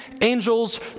angels